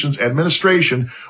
Administration